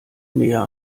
mehr